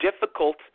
difficult